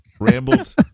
rambled